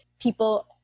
People